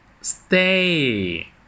stay